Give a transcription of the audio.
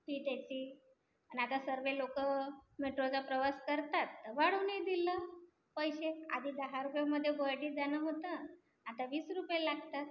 fee त्याची आणि आता सर्व लोक मेट्रोचा प्रवास करतात तर वाढवूनही दिलं पैसे आधी दहा रुपयामध्ये बर्डी जाणं होतं आता वीस रुपये लागतात